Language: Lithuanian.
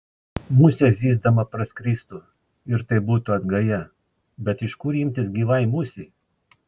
musė zyzdama praskristų ir tai būtų atgaja bet iš kur imtis gyvai musei